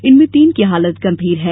इनमें तीन की हालत गंभीर है